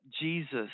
Jesus